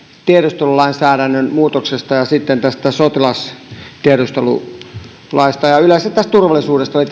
tiedustelulainsäädännön muutoksesta ja sitten tästä sotilastiedustelulaista ja yleensä tästä turvallisuudesta oli